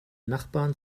nachbarn